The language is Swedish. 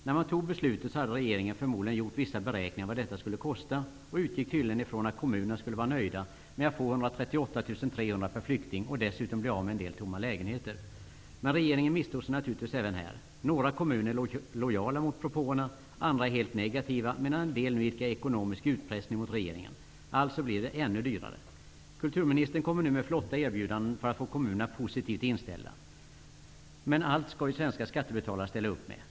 När man fattade beslutet hade regeringen förmodligen gjort vissa beräkningar på vad detta skulle kosta och utgick tydligen ifrån att kommunerna skulle vara nöjda med att få 138 300 kr per flykting och dessutom bli av med en del tomma lägenheter. Men regeringen misstog sig naturligtvis även här. Några kommuner är lojala mot propåerna, andra är helt negativa medan en del nu idkar ekonomisk utpressning mot regeringen. Alltså blir det ännu dyrare. Kulturministern kommer nu med flotta erbjudanden för att få kommunerna positivt inställda. Men allt skall ju svenska skattebetalare ställa upp med.